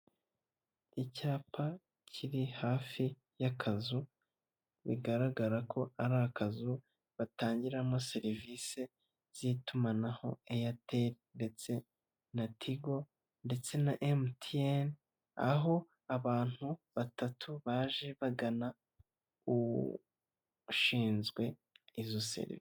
Icyapa kiri hafi y'akazu bigaragara ko ari akazu batangiramo serivisi z'itumanaho Airtel ndetse na Tigo ndetse na MTN aho abantu batatu baje bagana uwushinzwe izo serivisi.